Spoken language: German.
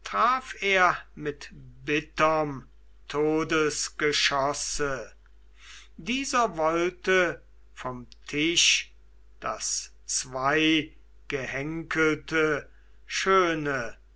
mit bitterm todesgeschosse dieser wollte vom tisch das zweigehenkelte schöne